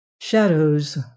Shadows